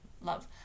love